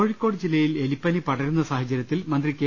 കോഴിക്കോട് ജില്ലയിൽ എലിപ്പനി പ്ടരുന്ന സാഹചര്യത്തിൽ മന്ത്രി കെ